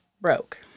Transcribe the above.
broke